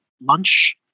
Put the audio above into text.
lunch